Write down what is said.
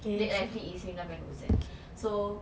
blake lively is serena van der woodsen